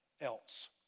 else